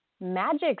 magic